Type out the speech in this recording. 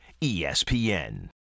ESPN